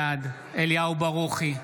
בעד אליהו ברוכי,